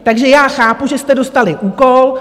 Takže já chápu, že jste dostali úkol.